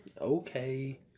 okay